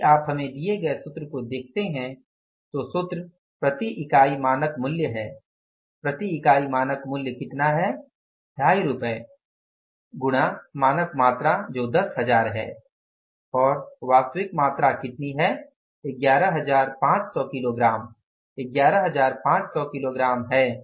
यदि आप हमें दिए गए सूत्र को देखते हैं तो सूत्र प्रति इकाई मानक मूल्य है प्रति इकाई मानक मूल्य कितना है 25 रुपए गुणा मानक मात्रा जो 10000 है और वास्तविक मात्रा कितना है 11500 किलोग्राम 11500 किलोग्राम है